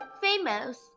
famous